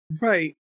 right